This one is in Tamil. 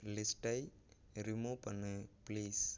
லிஸ்ட்டை ரிமூவ் பண்ணு ப்ளீஸ்